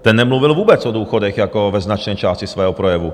Ten nemluvil vůbec o důchodech ve značné části svého projevu.